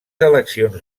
eleccions